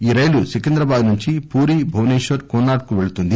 ఈ రైలు సికింద్రాబాద్ నుంచి పూరీ భువనేశ్వర్ కోణార్క్ కు పెళ్తుంది